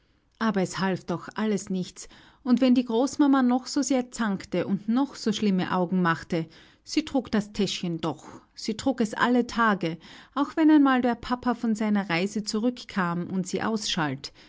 aber es half doch alles nichts und wenn die großmama noch so sehr zankte und noch so schlimme augen machte sie trug das täschchen doch sie trug es alle tage auch wenn einmal der papa von seiner reise zurückkam und sie ausschalt